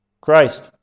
Christ